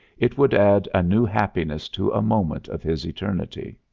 it would add a new happiness to a moment of his eternity.